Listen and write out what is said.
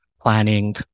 planning